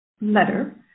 letter